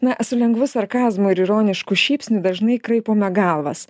na su lengvu sarkazmu ir ironišku šypsniu dažnai kraipome galvas